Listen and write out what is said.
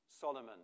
Solomon